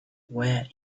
wear